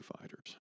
Fighters